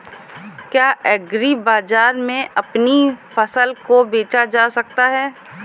क्या एग्रीबाजार में अपनी फसल को बेचा जा सकता है?